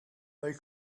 they